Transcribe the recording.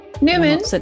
Newman